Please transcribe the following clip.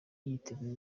yiteguye